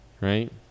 Right